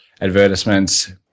advertisements